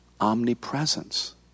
omnipresence